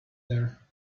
there